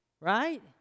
Right